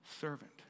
servant